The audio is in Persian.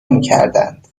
میکردند